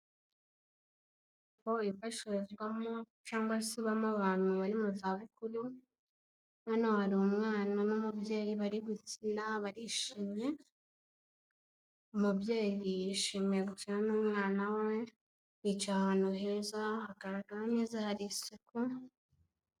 Inyubako ifashirizwamo cyangwase ibamo abantu bari mu zabukuru, hano hari umwana n'umubyeyi bari gukina barishimye, umubyeyi yishimiye gukina n'umwana we, bicaye ahantu heza hagaragara neza hari isuku.